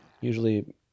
Usually